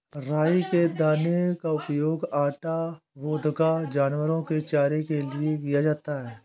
राई के दाने का उपयोग आटा, वोदका, जानवरों के चारे के लिए किया जाता है